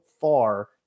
far